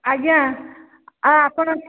ଆଜ୍ଞା ଆ ଆପଣ